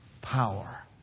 power